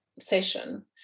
session